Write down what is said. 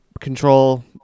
control